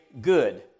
good